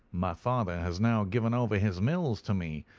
my father has now given over his mills to me,